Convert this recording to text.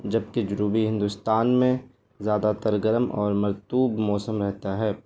جبکہ جنوبی ہندوستان میں زیادہ تر گرم اور مرطوب موسم رہتا ہے